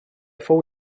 fou